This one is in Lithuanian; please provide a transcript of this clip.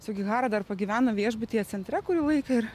sugihara dar pagyveno viešbutyje centre kurį laiką ir